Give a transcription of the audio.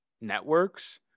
networks